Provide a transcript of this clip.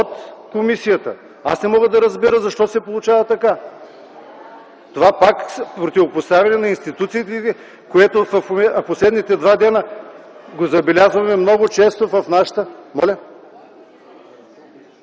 от комисията. Аз не мога да разбера защо се получава така. Това пак противопоставяне на институциите ли е, което в последните два дни го забелязваме много често в нашата?...